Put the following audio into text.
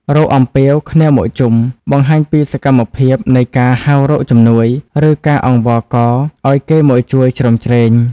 «រកអំពាវគ្នាមកជុំ» បង្ហាញពីសកម្មភាពនៃការហៅរកជំនួយ ឬការអង្វរកឱ្យគេមកជួយជ្រោមជ្រែង។